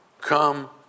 come